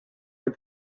een